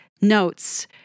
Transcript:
notes